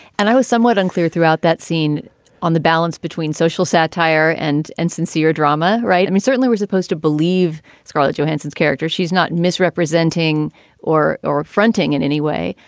and i was somewhat unclear throughout that scene on the balance between social satire and and sincere drama. right. i mean, certainly we're supposed to believe scarlett johansen's character. she's not misrepresenting or or affronting in any way.